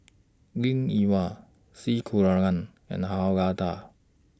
Linn in Hua C Kunalan and Han Lao DA